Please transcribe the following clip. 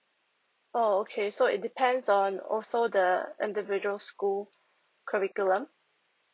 oh okay so it depends on also the individual school curriculum